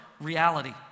reality